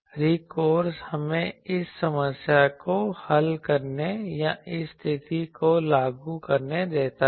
recourse हमें इस समस्या को हल करने या इस स्थिति को लागू करने देता है